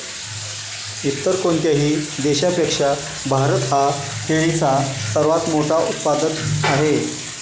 इतर कोणत्याही देशापेक्षा भारत हा केळीचा सर्वात मोठा उत्पादक आहे